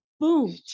boom